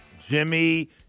Jimmy